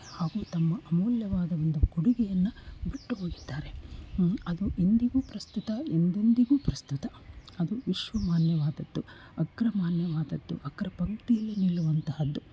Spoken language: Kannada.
ಹಾಗು ತಮ್ಮ ಅಮೂಲ್ಯವಾದ ಒಂದು ಕೊಡುಗೆಯನ್ನು ಬಿಟ್ಟು ಹೋಗಿದ್ದಾರೆ ಅದು ಇಂದಿಗು ಪ್ರಸ್ತುತ ಎಂದೆಂದಿಗು ಪ್ರಸ್ತುತ ಅದು ವಿಶ್ವಮಾನ್ಯವಾದದ್ದು ಅಗ್ರಮಾನ್ಯವಾದದ್ದು ಅಗ್ರ ಪಂಕ್ತಿಯಲ್ಲಿ ನಿಲ್ಲುವಂತಹದ್ದು